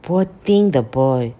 poor thing the boy